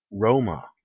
Roma